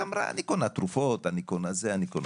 היא אמרה, אני קונה תרופות, אני קונה זה וזה.